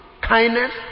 kindness